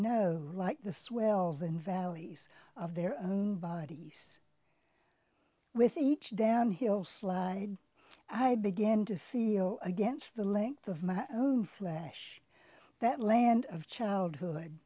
know like the swells and valleys of their own bodies with each downhill slide i begin to feel against the length of my own flash that land of childhood